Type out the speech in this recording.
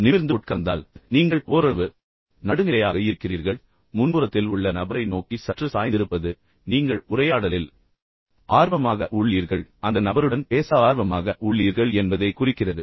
நிமிர்ந்து உட்கார்ந்தால் நீங்கள் ஓரளவு நடுநிலையாக இருக்கிறீர்கள் ஆனால் முன்புறத்தில் உள்ள நபரை நோக்கி சற்று சாய்ந்திருப்பது நீங்கள் உண்மையில் உரையாடலில் ஆர்வமாக உள்ளீர்கள் அந்த நபருடன் பேச ஆர்வமாக உள்ளீர்கள் என்பதைக் குறிக்கிறது